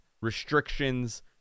restrictions